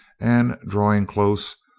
and, drawing close,